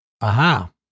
Aha